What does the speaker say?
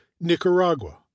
Nicaragua